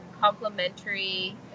complementary